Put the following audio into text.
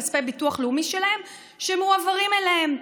כספי הביטוח הלאומי שלהם שמועברים אליהם.